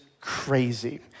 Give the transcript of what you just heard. crazy